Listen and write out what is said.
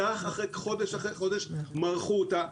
כך אחרי חודש ועוד חודש מרחו אותה.